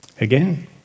Again